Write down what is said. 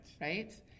Right